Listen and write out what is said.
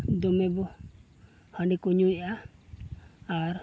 ᱫᱚᱢᱮᱵᱚ ᱦᱟᱺᱰᱤ ᱠᱚ ᱧᱩᱭᱮᱫᱟ ᱟᱨ